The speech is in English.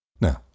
Now